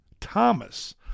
Thomas